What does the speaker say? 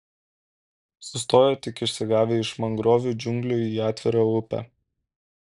sustojo tik išsigavę iš mangrovių džiunglių į atvirą upę